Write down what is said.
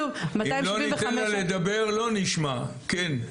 אם לא ניתן לה לדבר לא נשמע, כן,